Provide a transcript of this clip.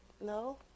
No